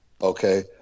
okay